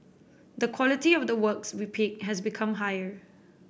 the quality of the works we pick has become higher